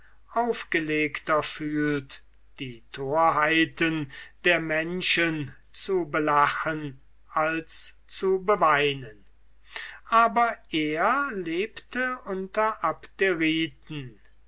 aufgelegter fühlt die torheiten der menschen zu belachen als zu beweinen aber er lebte unter